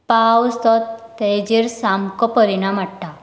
पावस तो तेचेर सामको परिणाम हाडटा